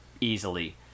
easily